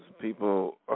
people